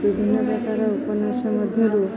ବିଭିନ୍ନ ପ୍ରକାର ଉପନ୍ୟାସ ମଧ୍ୟରୁ